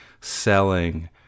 selling